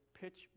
pitch